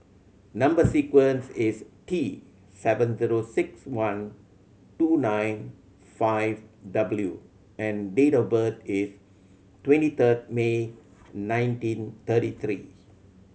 number sequence is T seven zero six one two nine five W and date of birth is twenty third May nineteen thirty three